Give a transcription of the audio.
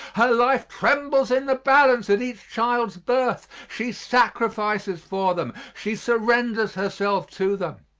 her life trembles in the balance at each child's birth she sacrifices for them, she surrenders herself to them.